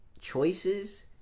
choices